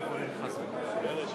איילת היקרה,